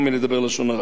תמיד מדבר לעניין.